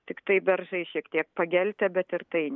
tiktai beržai šiek tiek pageltę bet ir tai